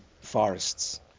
forests